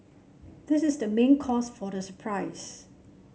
this is the main cause for the surprise